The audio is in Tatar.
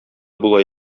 була